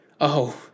Oh